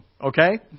okay